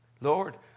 Lord